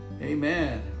Amen